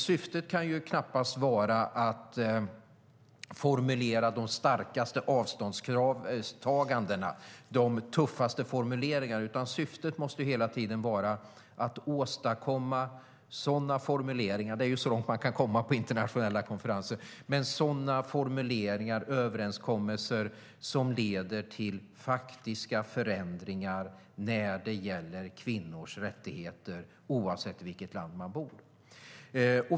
Syftet kan ju knappast vara att åstadkomma de starkaste avståndstagandena, de tuffaste formuleringarna, utan syftet måste hela tiden vara att åstadkomma formuleringar - det är ju så långt man kan komma på internationella konferenser - och överenskommelser som leder till faktiska förändringar när det gäller kvinnors rättigheter oavsett i vilket land de bor.